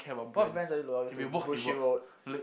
what brands are you loyal to Bushiroad